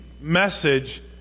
message